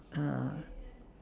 uh